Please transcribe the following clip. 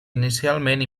inicialment